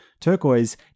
turquoise